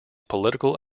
political